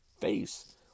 face